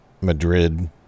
Madrid